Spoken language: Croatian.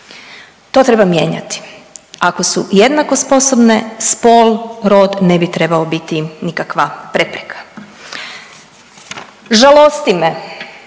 To treba mijenjati. Ako su jednako sposobne, spol, rod, ne bi trebao biti nikakva prepreka. Žalosti me